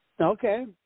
Okay